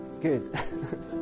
Good